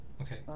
okay